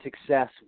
success